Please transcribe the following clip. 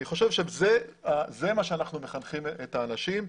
אני חושב שזה מה שאנחנו מחנכים את האנשים.